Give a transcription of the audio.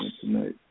tonight